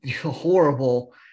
horrible